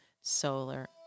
solar